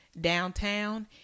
downtown